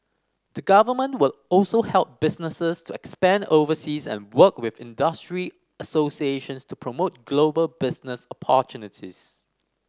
the Government will also help businesses to expand overseas and work with industry associations to promote global business opportunities